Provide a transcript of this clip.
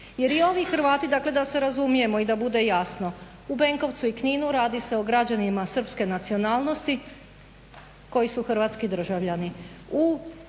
Jer i ovi Hrvati dakle da se razumijemo i da bude jasno u Benkovcu i Kninu radi se o građanima srpske nacionalnosti koji su hrvatski državljani.